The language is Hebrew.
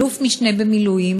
אלוף-משנה במילואים,